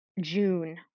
June